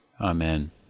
Amen